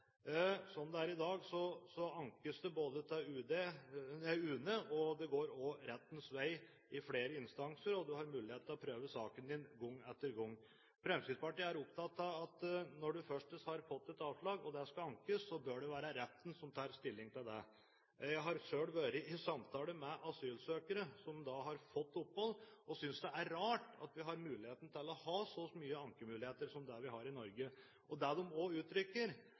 det er i dag, ankes det til UNE, og det går rettens vei i flere instanser. Man har altså mulighet til å prøve saken sin gang etter gang. Fremskrittspartiet er opptatt av at når man først har fått et avslag og det skal ankes, så bør det være retten som tar stilling til det. Jeg har selv vært i samtaler med asylsøkere som har fått opphold, og som synes det er rart at vi har så mange ankemuligheter som vi har i Norge. Det de også uttrykker, er